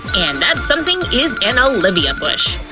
and that something is an olivia bush!